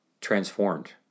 transformed